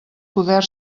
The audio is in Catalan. poder